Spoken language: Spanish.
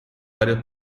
varios